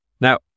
Now